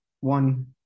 one